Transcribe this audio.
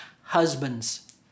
Husbands